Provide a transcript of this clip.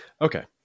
Okay